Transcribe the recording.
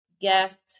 get